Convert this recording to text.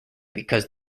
because